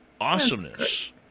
Awesomeness